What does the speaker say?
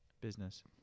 business